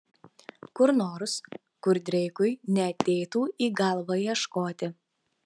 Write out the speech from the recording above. kur nors kur dreikui neateitų į galvą ieškoti